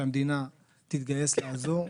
שהמדינה תתגייס לעזור.